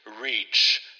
reach